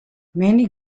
many